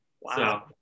Wow